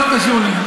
לא קשור לזה.